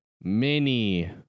Mini